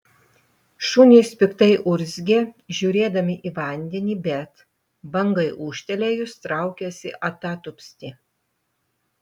šunys piktai urzgė žiūrėdami į vandenį bet bangai ūžtelėjus traukėsi atatupsti